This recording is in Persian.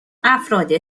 افراد